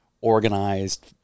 organized